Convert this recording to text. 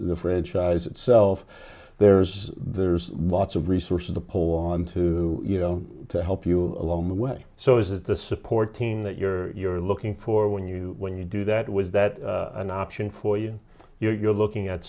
franchise itself there's there's lots of resources to pull on to you know to help you along the way so is it the support team that you're you're looking for when you when you do that was that an option for you you know you're looking at